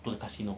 to the casino